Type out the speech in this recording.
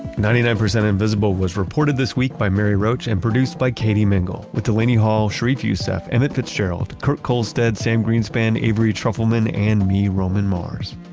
ninety nine percent invisible was reported this week by mary roach, and produced by katie mingle with delaney hall, sharif youssef, emmett fitzgerald, kurt kohlstedt, sam greenspan, avery trufelman, and me, roman mars.